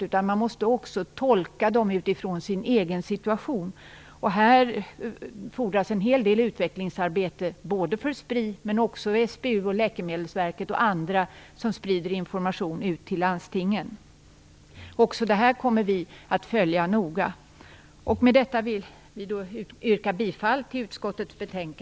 ned, utan man måste också tolka dem från sin egen situation. Här fordras en hel del utvecklingsarbete såväl för Spri som för SBU, Läkemedelsverket och andra som sprider information ut till landstingen. Också det här kommer vi att följa noga. Med detta vill jag yrka bifall till utskottets hemställan.